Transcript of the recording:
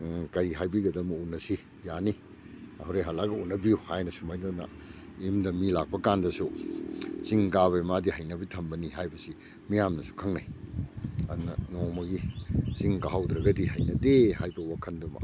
ꯀꯔꯤ ꯍꯥꯏꯕꯤꯒꯗꯕꯅꯣ ꯎꯅꯁꯤ ꯌꯥꯅꯤ ꯍꯣꯔꯦꯟ ꯍꯜꯂꯛꯑꯒ ꯎꯅꯕꯤꯎ ꯍꯥꯏꯅ ꯁꯨꯃꯥꯏꯅ ꯌꯨꯝꯗ ꯃꯤ ꯂꯥꯛꯄ ꯀꯥꯟꯗꯁꯨ ꯆꯤꯡ ꯀꯥꯕꯩ ꯃꯗꯤ ꯍꯩꯅꯕꯤ ꯊꯝꯕꯅꯤ ꯍꯥꯏꯕꯁꯤ ꯃꯤꯌꯥꯝꯅꯁꯨ ꯈꯪꯅꯩ ꯑꯗꯨꯅ ꯅꯣꯡꯃꯒꯤ ꯆꯤꯡ ꯀꯥꯍꯧꯗ꯭ꯔꯒꯗꯤ ꯍꯩꯅꯗꯦ ꯍꯥꯏꯕ ꯋꯥꯈꯟꯗꯨꯃ